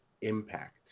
impact